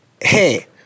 Hey